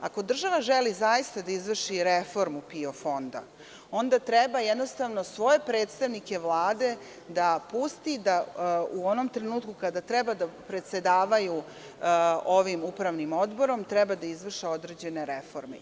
Ako država želi da zaista izvrši reformu PIO fonda, onda treba svoje predstavnike Vlade da pusti da u onom trenutku kada treba da predsedavaju ovim Upravnim odborom, treba da izvrše određene reforme.